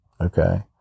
okay